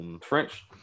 French